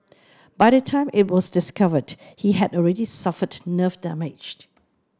by the time it was discovered he had already suffered nerve damaged